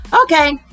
Okay